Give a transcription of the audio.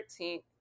13th